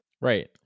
Right